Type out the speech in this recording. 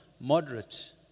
moderate